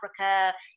Africa